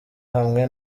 hamwe